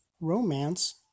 romance